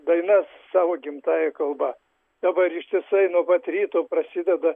dainas savo gimtąja kalba dabar ištisai nuo pat ryto prasideda